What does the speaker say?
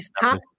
top